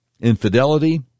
infidelity